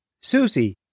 Susie